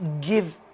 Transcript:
give